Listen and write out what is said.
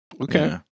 Okay